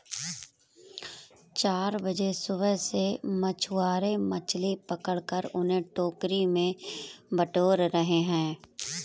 चार बजे सुबह से मछुआरे मछली पकड़कर उन्हें टोकरी में बटोर रहे हैं